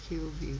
hillview